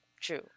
true